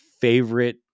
favorite